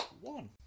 one